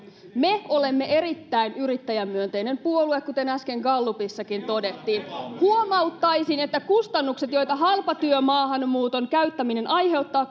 me olemme erittäin yrittäjämyönteinen puolue kuten äsken gallupissakin todettiin huomauttaisin että kustannukset joita halpatyömaahanmuuton käyttäminen aiheuttaa